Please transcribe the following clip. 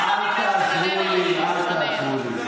אל תעזרו לי, אל תעזרו לי.